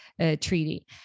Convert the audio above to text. treaty